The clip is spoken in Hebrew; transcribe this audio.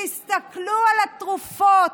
תסתכלו על התרופות,